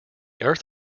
earth